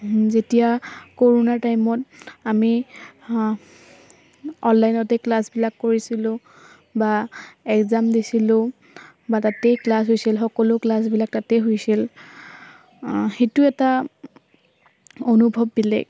যেতিয়া কৰোণাৰ টাইমত আমি অনলাইনতে ক্লাছবিলাক কৰিছিলোঁ বা এক্জাম দিছিলোঁ বা তাতেই ক্লাছ হৈছিল সকলো ক্লাছবিলাক তাতেই হৈছিল সেইটো এটা অনুভৱ বেলেগ